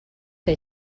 que